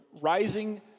rising